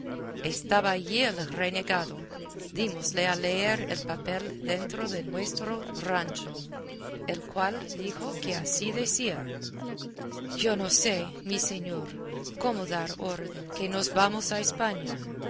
estaba allí el renegado dímosle a leer el papel dentro de nuestro rancho el cual dijo que así decía yo no sé mi señor cómo dar orden que nos vamos a españa